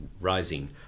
rising